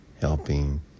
helping